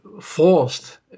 forced